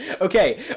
Okay